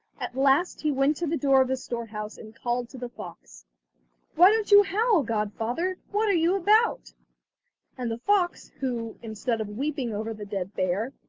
at last he went to the door of the storehouse, and called to the fox why don't you howl, godfather? what are you about and the fox, who, instead of weeping over the dead bear,